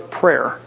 prayer